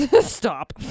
Stop